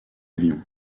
avion